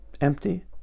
empty